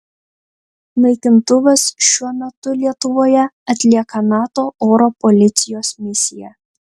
naikintuvas šiuo metu lietuvoje atlieka nato oro policijos misiją